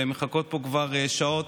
ומחכות פה כבר שעות.